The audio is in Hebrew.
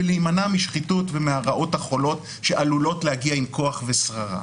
ולהימנע משחיתות ומהרעות החולות שעלולות להגיע עם כוח ושררה.